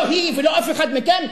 לא היא ולא אף אחד מכם,